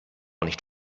nicht